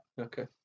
Okay